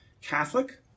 Catholic